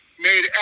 made